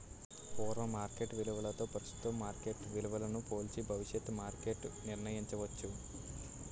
పూర్వ మార్కెట్ విలువతో ప్రస్తుతం మార్కెట్ విలువను పోల్చి భవిష్యత్తు మార్కెట్ నిర్ణయించవచ్చు